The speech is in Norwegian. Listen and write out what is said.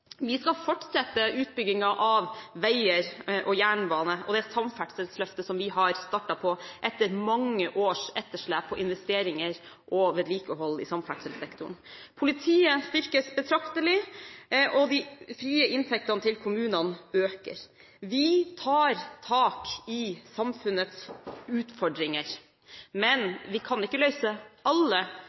Vi skal fortsette utbyggingen av veier og jernbane og det samferdselsløftet som vi har startet på etter mange års etterslep på investeringer og vedlikehold i samferdselssektoren. Politiet styrkes betraktelig, og de frie inntektene til kommunene økes. Vi tar tak i samfunnets utfordringer, men vi kan ikke rette opp alle